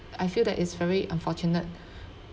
I feel that is very unfortunate